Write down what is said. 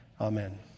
Amen